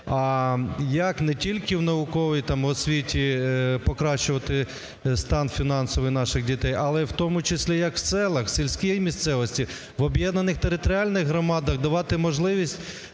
як не тільки в науковій, там, освіті покращувати стан фінансовий наших дітей, але і в тому числі, як в селах, сільській місцевості, в об'єднаних територіальних громадах давати можливість